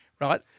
Right